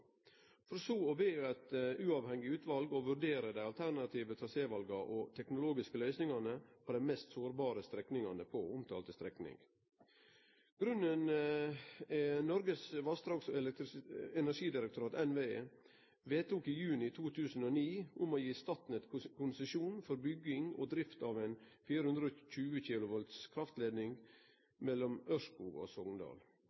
for så å be eit uavhengig utval å vurdere dei alternative trasévala og teknologiske løysingane på dei mest sårbare strekningane på omtalte strekning. Grunnen er at Norges vassdrags- og energidirektorat i juni 2009 vedtok å gi Statnett konsesjon for bygging og drift av ein 420